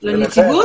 לנציגות?